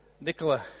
Nicola